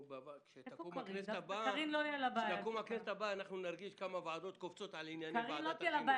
כשתקום הכנסת הבאה אנחנו נרגיש כמה ועדות קופצות על ענייני ועדת החינוך.